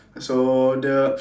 so the